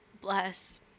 Bless